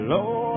Lord